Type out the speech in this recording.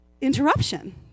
interruption